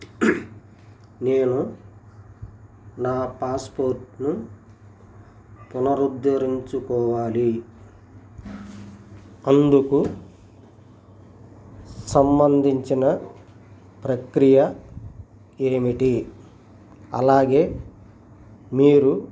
నేను నా పాస్పోర్ట్ను పునరుద్ధరించుకోవాలి అందుకు సంబంధించిన ప్రక్రియ ఏమిటి అలాగే మీరు